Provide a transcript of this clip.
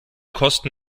kosten